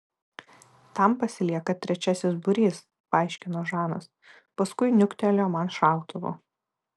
tam pasilieka trečiasis būrys paaiškino žanas paskui niuktelėjo man šautuvu